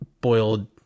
boiled